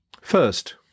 First